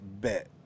bet